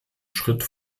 schritt